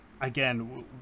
again